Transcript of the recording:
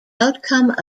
outcome